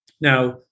Now